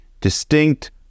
distinct